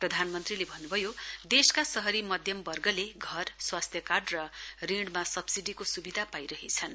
प्रधानमन्त्रीले भन्नुभयो देशका शहरी मध्यम वर्गले घर स्वास्थ्य कार्ड र ऋणमा सब्सिडीको सुविधा पाइरहेछन्